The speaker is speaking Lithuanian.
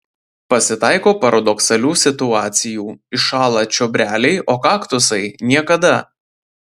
pasitaiko paradoksalių situacijų iššąla čiobreliai o kaktusai niekada